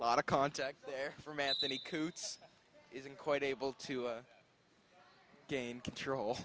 lot of contact there for mass any coots isn't quite able to gain control